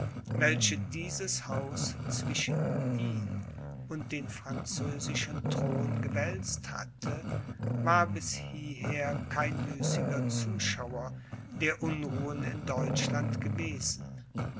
welche dieses haus zwischen ihn und den französischen thron gewälzt hatte war bis hieher kein müßiger zuschauer der unruhen in deutschland gewesen